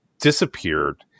disappeared